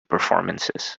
performances